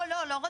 לא, לא רוצה.